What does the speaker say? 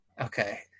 Okay